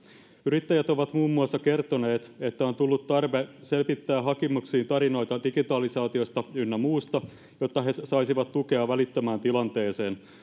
yrittäjät ovat muun muassa kertoneet että on tullut tarve sepittää hakemuksiin tarinoita digitalisaatiosta ynnä muusta jotta he saisivat tukea välittömään tilanteeseen